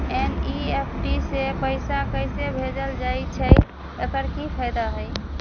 NEFT से पैसा कैसे भेजल जाइछइ? एकर की फायदा हई?